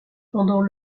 pendant